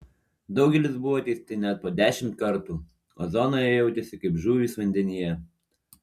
daugelis buvo teisti net po dešimt kartų o zonoje jautėsi kaip žuvys vandenyje